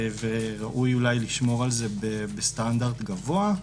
וראוי אולי לשמור על זה בסטנדרט גבוה,